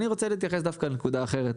אני רוצה להתייחס דווקא לנקודה אחרת,